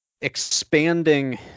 Expanding